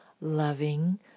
loving